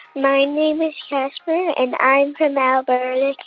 my name is jasper, and i'm from alberta,